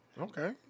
Okay